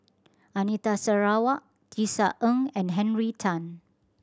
Anita Sarawak Tisa Ng and Henry Tan